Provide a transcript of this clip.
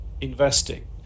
investing